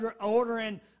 ordering